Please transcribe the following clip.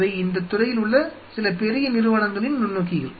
இவை இந்தத் துறையில் உள்ள சில பெரிய நிறுவனங்களின் நுண்ணோக்கிகள்